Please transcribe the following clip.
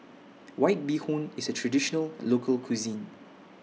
White Bee Hoon IS A Traditional Local Cuisine